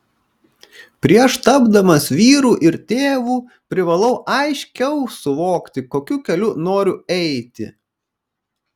prieš tapdamas vyru ir tėvu privalau aiškiau suvokti kokiu keliu noriu eiti